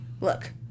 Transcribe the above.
Look